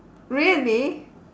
really